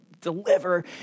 deliver